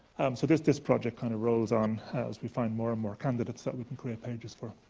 so this this project kind of rolls on as we find more and more candidates that we can create pages for.